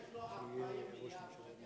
יש לו 40 מיליארד שקל גירעון,